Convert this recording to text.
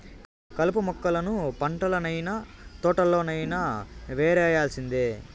కలుపు మొక్కలను పంటల్లనైన, తోటల్లోనైన యేరేయాల్సిందే